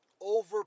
Over